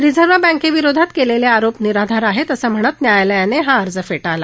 reserve बँकेविरोधात केलेले आरोप निराधार आहेत असं म्हणत न्यायालयानं हा अर्ज फेटाळला